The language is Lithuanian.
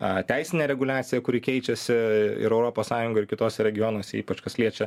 a teisinė reguliacija kuri keičiasi ir europos sąjungoj ir kituose regionuose ypač kas liečia